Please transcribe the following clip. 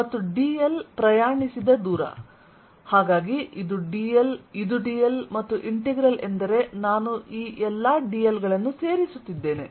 ಆದ್ದರಿಂದ ಇದು dl ಇದು dl ಮತ್ತು ಇಂಟೆಗ್ರಲ್ ಎಂದರೆ ನಾನು ಈ ಎಲ್ಲ ಡಿಎಲ್ ಗಳನ್ನು ಸೇರಿಸುತ್ತಿದ್ದೇನೆ